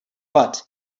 but